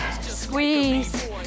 Squeeze